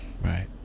right